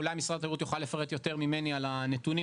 אולי משרד התיירות יוכל לפרט יותר מממני על הנתונים,